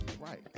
right